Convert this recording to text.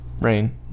Rain